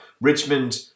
Richmond